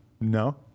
No